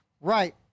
Right